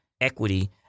equity